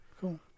Cool